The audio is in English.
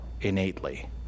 innately